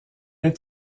est